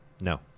No